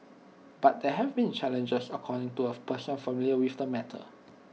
but there have been challenges according to A person familiar with the matter